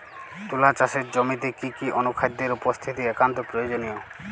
তুলা চাষের জমিতে কি কি অনুখাদ্যের উপস্থিতি একান্ত প্রয়োজনীয়?